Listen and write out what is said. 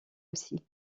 aussi